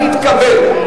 נתקבל.